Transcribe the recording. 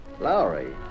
Lowry